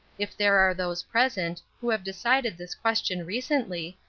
if there are those present, who have decided this question recently,